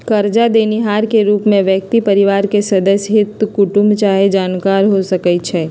करजा देनिहार के रूप में व्यक्ति परिवार के सदस्य, हित कुटूम चाहे जानकार हो सकइ छइ